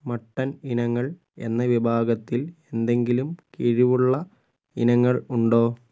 mutton ഇനങ്ങൾ എന്ന വിഭാഗത്തിൽ എന്തെങ്കിലും കിഴിവുള്ള ഇനങ്ങൾ ഉണ്ടോ